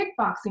kickboxing